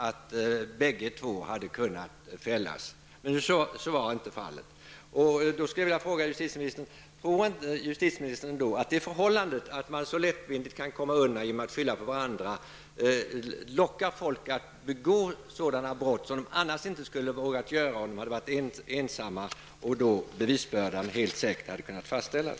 Så var inte fallet. Jag skulle vilja fråga justitieministern: Tror inte justitieministern att det förhållandet att man så lättvindigt kan komma undan genom att skylla på varandra, lockar folk att begå sådana brott som de annars inte skulle ha vågat göra om de hade varit ensamma och bevisbördan helt säkert hade kunnat fastställas?